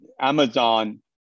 Amazon